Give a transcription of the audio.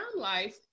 life